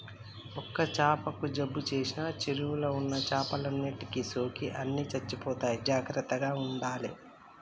ఒక్క చాపకు జబ్బు చేసిన చెరువుల ఉన్న చేపలన్నిటికి సోకి అన్ని చచ్చిపోతాయి జాగ్రత్తగ ఉండాలే